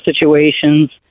situations